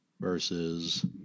versus